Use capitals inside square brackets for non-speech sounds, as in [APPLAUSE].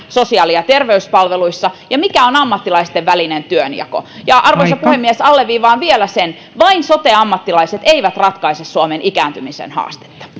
[UNINTELLIGIBLE] sosiaali ja terveyspalveluissa ja mikä on ammattilaisten välinen työnjako arvoisa puhemies alleviivaan vielä sitä että vain sote ammattilaiset eivät ratkaise suomen ikääntymisen haastetta